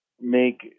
make